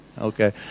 Okay